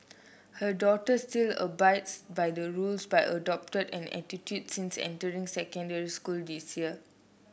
her daughter still abides by the rule but adopted an attitude since entering secondary school this year